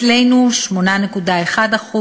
אצלנו 8.1%,